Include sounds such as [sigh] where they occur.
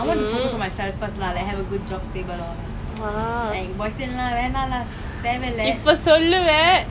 ya all of us that's why [laughs] that's why ya